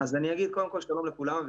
שלום לכולם.